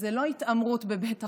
זו לא התעמרות בבית החולים,